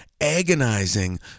agonizing